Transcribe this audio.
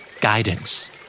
guidance